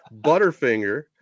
butterfinger